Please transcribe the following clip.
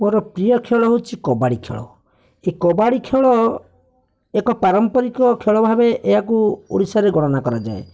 ମୋର ପ୍ରିୟ ଖେଳ ହେଉଛି କବାଡ଼ି ଖେଳ ଏ କବାଡ଼ି ଖେଳ ଏକ ପାରମ୍ପରିକ ଖେଳ ଭାବେ ଏହାକୁ ଓଡ଼ିଶାରେ ଗଣନା କରାଯାଏ